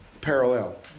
parallel